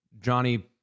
Johnny